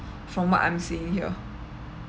from what I am seeing here